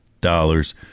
dollars